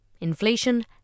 Inflation